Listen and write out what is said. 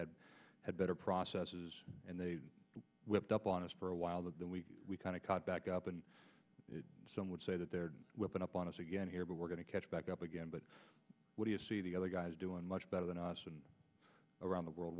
had had better processes and they whipped up on us for a while but then we kind of cut back up and some would say that their weapon up on us again here but we're going to catch back up again but what do you see the other guys doing much better than us and around the world